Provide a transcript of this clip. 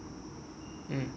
mmhmm